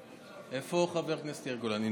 איפה חבר הכנסת יאיר גולן?